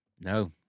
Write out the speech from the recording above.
No